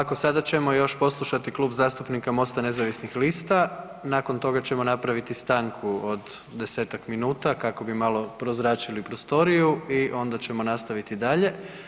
Ovako sada ćemo još poslušati Klub zastupnika MOST-a nezavisnih lista, nakon toga ćemo napraviti stanku od 10-tak minuta kako bi malo prozračili prostoriju i onda ćemo nastaviti dalje.